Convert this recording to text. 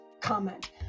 comment